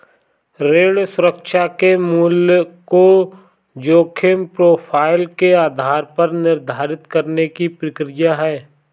ऋण सुरक्षा के मूल्य को जोखिम प्रोफ़ाइल के आधार पर निर्धारित करने की प्रक्रिया है